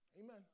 Amen